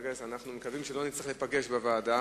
אנחנו מקווים שלא נצטרך לדון בוועדה.